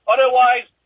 Otherwise